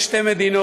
ההזוי,